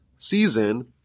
season